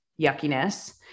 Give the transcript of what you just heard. yuckiness